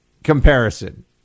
comparison